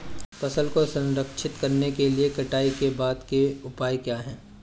फसल को संरक्षित करने के लिए कटाई के बाद के उपाय क्या हैं?